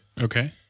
Okay